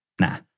nah